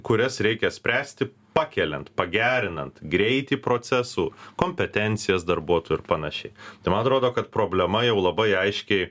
kurias reikia spręsti pakeliant pagerinant greitį procesų kompetencijas darbuotojų ir panašiai tai man atrodo kad problema jau labai aiškiai